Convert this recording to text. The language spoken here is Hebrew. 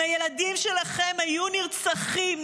אם הילדים שלכם היו נרצחים,